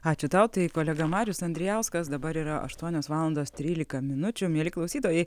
ačiū tau tai kolega marius andrijauskas dabar yra aštuonios valandos trylika minučių mieli klausytojai